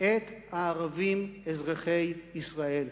את הערבים אזרחי ישראל.